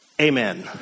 Amen